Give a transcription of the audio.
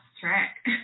track